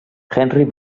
henry